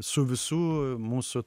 su visų mūsų